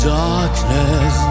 darkness